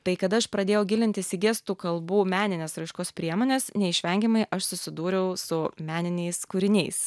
tai kada aš pradėjau gilintis į gestų kalbų menines raiškos priemones neišvengiamai aš susidūriau su meniniais kūriniais